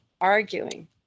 arguing